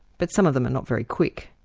but some of them are not very quick,